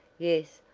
yes,